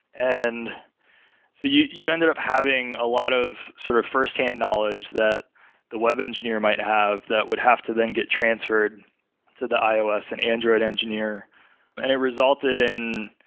and so you you ended up having a lot of sort of first-hand knowledge that the web engineer might have that would have to then get transferred to the ios and android engineer and it resulted in,